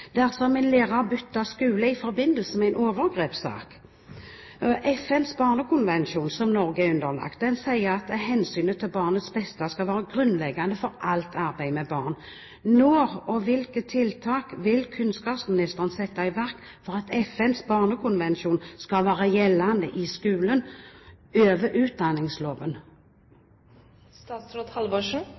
dersom en lærer bytter skole i forbindelse med en overgrepssak. FNs barnekonvensjon, som Norge er underlagt, sier at hensynet til barnets beste skal være grunnleggende for alt arbeid med barn. Hvilke tiltak vil kunnskapsministeren sette i verk, og når, for at FNs barnekonvensjon skal være gjeldende i skolen – over